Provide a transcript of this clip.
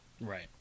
Right